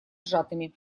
сжатыми